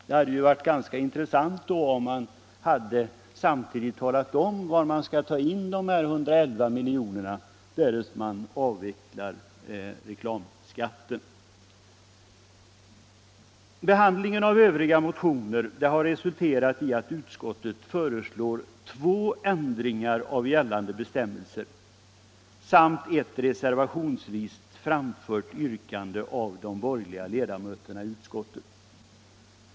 Det hade varit ganska intressant om motionärerna samtidigt hade talat om var man skall ta in 111 milj.kr., när reklamskatten avvecklas. Behandlingen av övriga motioner har resulterat i att utskottet föreslår två ändringar av gällande bestämmelser samt i ett reservationsvis framfört yrkande av de borgerliga ledamöterna i utskottet.